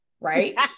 Right